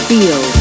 Feel